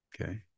okay